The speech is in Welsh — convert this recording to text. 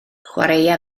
chwaraea